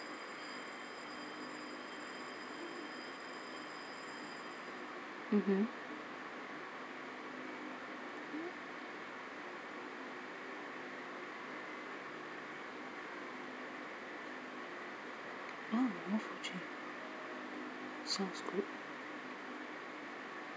mmhmm !wah! sounds good